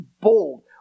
bold